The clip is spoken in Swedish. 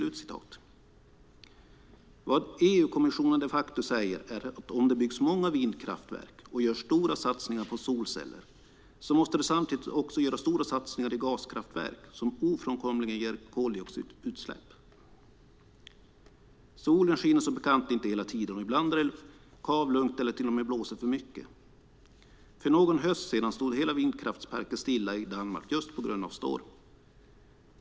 Vad EU-kommissionen de facto säger är att om det byggs många vindkraftverk och görs stora satsningar på solceller så måste det samtidigt också göras stora satsningar i gaskraftverk som ofrånkomligen ger koldioxidutsläpp. Solen skiner som bekant inte hela tiden, och ibland är det kav lugnt eller till och med blåser för mycket. För någon höst sedan stod hela vindkraftsparken stilla i Danmark just på grund av storm.